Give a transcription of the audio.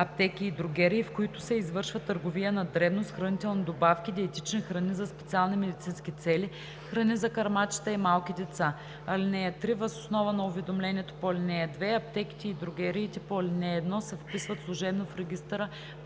аптеки и дрогерии, в които се извършва търговия на дребно с хранителни добавки, диетични храни за специални медицински цели, храни за кърмачета и малки деца. (3) Въз основа на уведомлението по ал. 2 аптеките и дрогериите по ал. 1 се вписват служебно в регистъра по